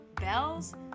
bells